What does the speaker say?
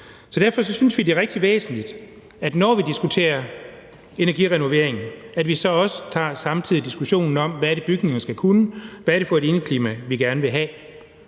Derfor synes vi, det er rigtig væsentligt, at vi, når vi diskuterer energirenovering, så også samtidig tager diskussionen om, hvad det er bygningerne skal kunne, og hvad det er for et indeklima, vi gerne vil have.